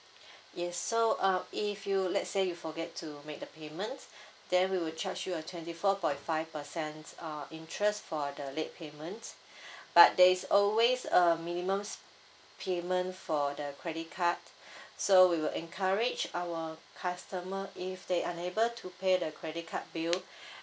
yes so uh if you let's say you forget to make the payment then we will charge you a twenty four point five percent uh interest for the late payment but there is always a minimum sp~ payment for the credit card so we will encourage our customer if they unable to pay the credit card bill